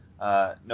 no